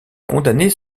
condamnés